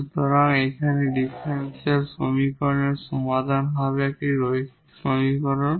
সুতরাং এখানে এই ডিফারেনশিয়াল সমীকরণের সমাধান হবে একটি লিনিয়ার সমীকরণ